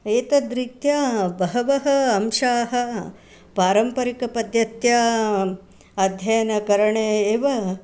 एतद्रीत्या बहवः अंशाः पारम्परिकपद्धत्या अध्ययनकरणे एव